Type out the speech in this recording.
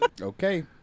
Okay